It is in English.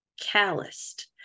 calloused